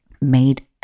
made